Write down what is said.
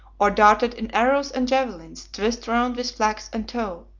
or darted in arrows and javelins, twisted round with flax and tow,